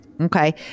Okay